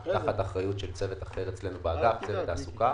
תחת אחריות של צוות אחר אצלנו באגף, צוות תעסוקה.